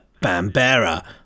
Bambera